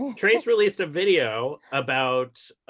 um trace released a video about